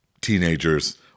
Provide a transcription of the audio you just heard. teenagers